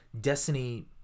Destiny